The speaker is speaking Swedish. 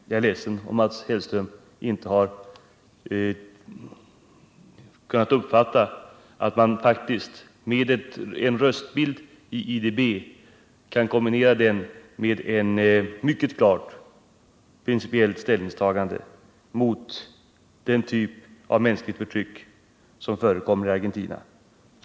Jag är ledsen om Mats Hellström inte har kunnat uppfatta att man faktiskt kan kombinera en viss röstprofil i IDB med ett mycket klart principiellt ställningstagande mot den typ av mänskligt förtryck som förekommer i Argentina.